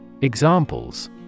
Examples